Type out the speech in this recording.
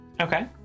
Okay